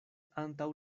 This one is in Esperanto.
antaŭ